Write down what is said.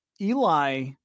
Eli